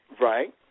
Right